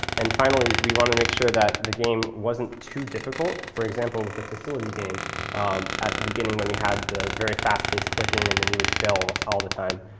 and finally, we want to make sure that the game wasn't too difficult. for example, with the facility game at the beginning when we had the very fast-paced clicking, and then you would fail almost all the time.